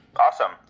Awesome